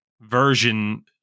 version